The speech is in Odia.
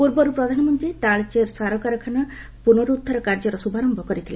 ପୂର୍ବରୁ ପ୍ରଧାନମନ୍ତ୍ରୀ ତାଳଚେର ସାରକାରଖାନାର ପୁନରୁଦ୍ଧାର କାର୍ଯ୍ୟର ଶୁଭାରୟ କରିଥିଲେ